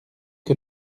que